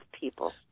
people